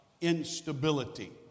instability